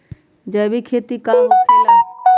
जैविक खेती का होखे ला?